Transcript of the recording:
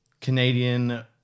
Canadian